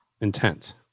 intent